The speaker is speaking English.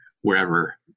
wherever